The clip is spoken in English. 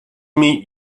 meet